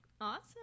Awesome